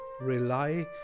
rely